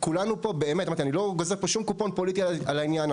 אני לא גוזר פה שום קופון פוליטי על העניין;